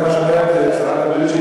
זה מה שאומרת שרת הבריאות,